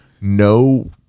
no